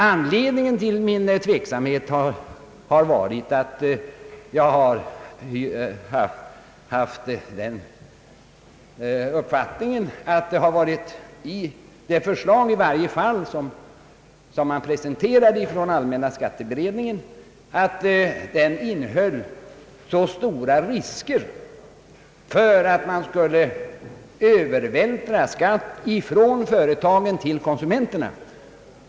Anledningen till min tveksamhet har varit att jag haft uppfattningen att i varje fall det förslag som presenterades av allmänna skatteberedningen innehöll stora risker för att man skulle övervältra skatten från företagen till konsumenterna.